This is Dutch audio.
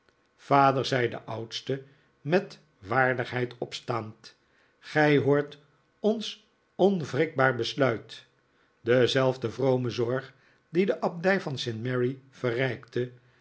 vader zei de oudste met waardigheid opstaand gij hoort ons onwrikbare besluit dezelfde vrome zorg die de abdij van st mary verrijkte